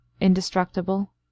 Indestructible